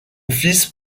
fils